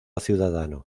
ciudadano